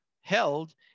held